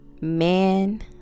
Man